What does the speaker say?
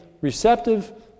receptive